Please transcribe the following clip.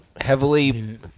heavily